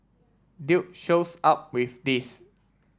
dude shows up with this